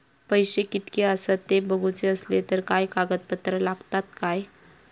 पैशे कीतके आसत ते बघुचे असले तर काय कागद पत्रा लागतात काय?